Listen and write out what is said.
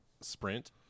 sprint